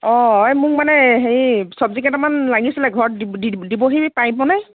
অঁ এই মোক মানে হেৰি চব্জি কেইটামান লাগিছিলে ঘৰত দিবহি পাৰিবনে